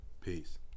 peace